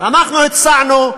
אנחנו הצענו,